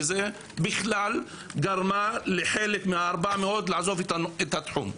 זה גרם לחלק מה-400 לעזוב את התחום.